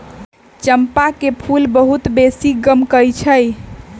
चंपा के फूल बहुत बेशी गमकै छइ